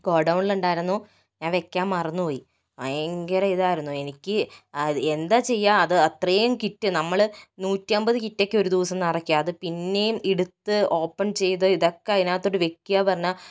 go ഡൗണിലുണ്ടായിരുന്നു ഞാൻ വെക്കാൻ മറന്നുപോയി ഭയങ്കര ഇതായിരുന്നു എനിക്ക് എന്താ ചെയ്യുക അത് അത്രയും കിറ്റ് നമ്മൾ നൂറ്റി അൻപത് കിറ്റൊക്കെ ഒരു ദിവസം നിറയ്ക്കാറ് അത് പിന്നെയും എടുത്ത് ഓപ്പൺ ചെയ്ത് ഇതൊക്കെ അതിനകത്തോട്ട് വെക്കുക പറഞ്ഞാൽ